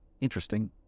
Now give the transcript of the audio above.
interesting